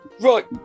Right